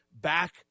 back